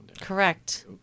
Correct